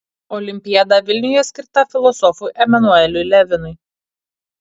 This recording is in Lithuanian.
olimpiada vilniuje skirta filosofui emanueliui levinui